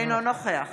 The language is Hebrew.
אינו נוכח